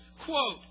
quote